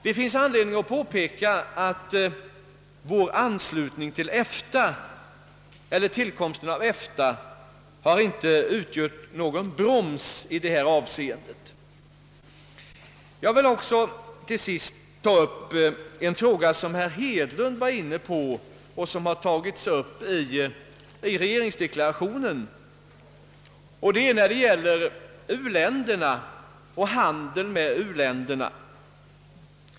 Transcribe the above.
Det finns anledning att påpeka att tillkomsten av EFTA inte har utgjort någon broms i detta avseende. Till sist vill jag också ta upp en fråga som herr Hedlund var inne på och som också behandlats i regeringsdeklarationen, nämligen frågan om u-länderna och handeln med dessa.